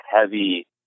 heavy